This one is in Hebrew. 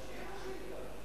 או בקשה לסדר,